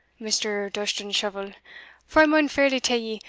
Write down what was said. mr. dustanshovel for i maun fairly tell ye,